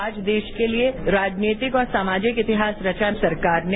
आज देश के लिए राजनीतिक और सामाजिक इतिहास रचा सरकार ने